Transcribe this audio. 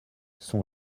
son